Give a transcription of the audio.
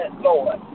Lord